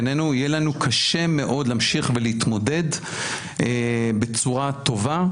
בינינו יהיה לנו קשה מאוד להמשיך ולהתמודד בצורה טובה,